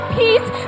peace